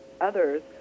others